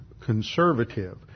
conservative